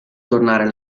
tornare